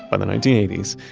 by the nineteen eighty s,